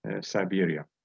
siberia